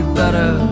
better